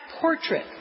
portrait